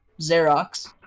Xerox